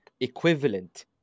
equivalent